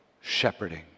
shepherding